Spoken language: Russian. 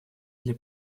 для